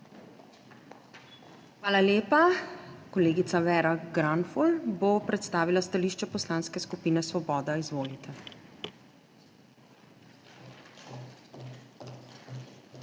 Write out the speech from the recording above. Hvala lepa. Kolegica Vera Granfol bo predstavila stališče Poslanske skupine Svoboda. Izvolite.